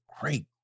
great